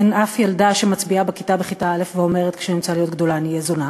אין אף ילדה שמצביעה בכיתה א' ואומרת: כשאני אהיה גדולה אני אהיה זונה.